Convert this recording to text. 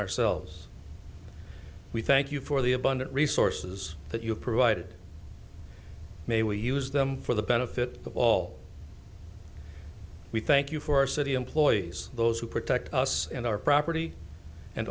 ourselves we thank you for the abundant resources that you provided may we use them for the benefit of all we thank you for our city employees those who protect us and our property and